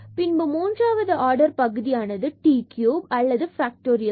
பின்பு மூன்றாவது ஆர்டர் பகுதியானது t க்யூப் or ஃபேக்டோரியல் 3